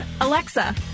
Alexa